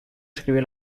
escribe